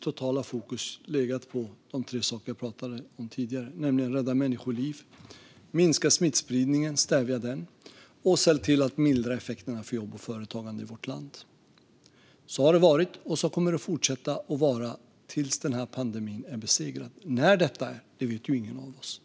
totala fokus i princip legat på de tre saker som jag talade om tidigare. Det handlar om att rädda människoliv, att minska smittspridningen och stävja den och att se till att mildra effekterna för jobb och företagande i vårt land. Så har det varit, och så kommer det att fortsätta att vara tills pandemin är besegrad. När detta sker vet ingen av oss.